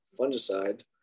fungicide